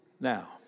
now